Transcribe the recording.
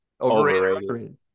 Overrated